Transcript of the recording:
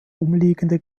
umliegende